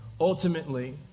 ultimately